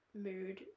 mood